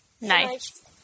nice